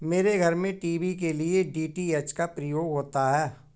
मेरे घर में टीवी के लिए डी.टी.एच का प्रयोग होता है